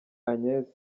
agnes